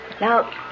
Now